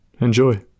Enjoy